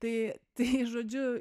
tai tai žodžiu